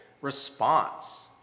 response